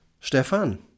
Stefan